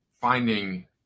finding